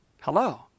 Hello